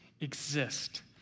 exist